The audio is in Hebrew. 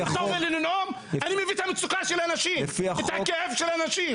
אני מביא את המצוקה של אנשים, את הכאב של האנשים.